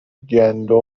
گندم